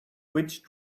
which